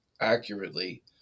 accurately